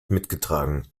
mitgetragen